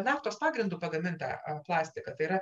naftos pagrindu pagamintą plastiką tai yra